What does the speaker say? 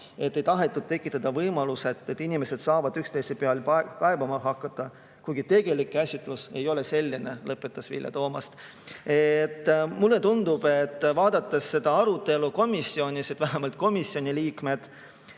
Ei tahetud tekitada võimalust, et inimesed saavad üksteise peale kaebama hakata, kuigi tegelik mõte ei ole selline, lõpetas Vilja Toomast. Mulle tundub, mõeldes tagasi arutelule komisjonis, et komisjoni liikmed